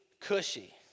cushy